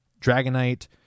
Dragonite